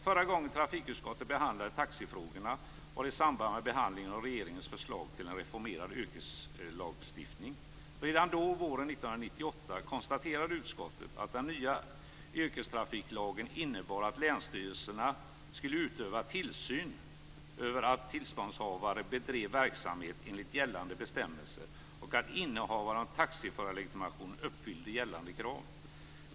Förra gången trafikutskottet behandlade taxifrågorna var det i samband med behandlingen av regeringens förslag till en reformerad yrkestrafiklagstiftning. Redan då, våren 1998, konstaterade utskottet att den nya yrkestrafiklagen innebar att länsstyrelserna skulle utöva tillsyn över att tillståndshavare bedrev verksamhet enligt gällande bestämmelser och att innehavare av taxiförarlegitimation uppfyllde gällande krav.